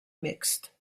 mixed